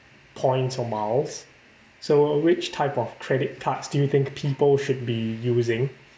points or miles so which type of credit cards do you think people should be using